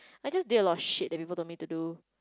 I just did a lot of shit that people told me to do